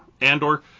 Andor